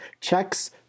checks